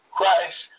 Christ